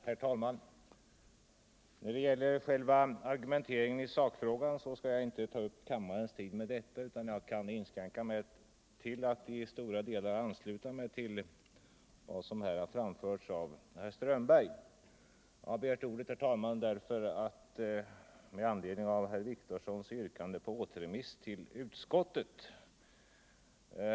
Herr talman! Jag skall inte ta upp kammarens tid med någon argumentering i sakfrågan. Jag kan inskränka mig till att i stora delar ansluta mig till de synpunkter som har framförts av herr Strömberg i Botkyrka. Jag begärde ordet, herr talman, med anledning av herr Wictorssons yrkande om återremiss till utskottet.